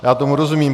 Já tomu rozumím.